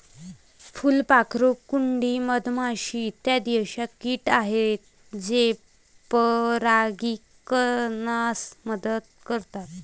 फुलपाखरू, कुंडी, मधमाशी इत्यादी अशा किट आहेत जे परागीकरणास मदत करतात